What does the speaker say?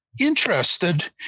interested